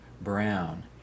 brown